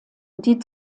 die